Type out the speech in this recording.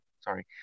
sorry